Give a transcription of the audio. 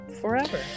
forever